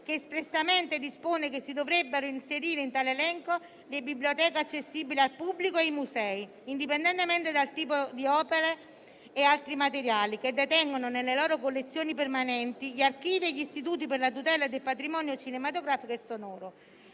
che espressamente dispone che si dovrebbero inserire in tale elenco le biblioteche accessibili al pubblico e i musei, indipendentemente dal tipo di opere o altri materiali che detengono nelle loro collezioni permanenti, nonché gli archivi e gli istituti per la tutela del patrimonio cinematografico o sonoro.